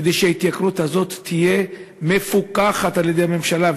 כדי שההתייקרות הזאת תהיה מפוקחת על-ידי הממשלה,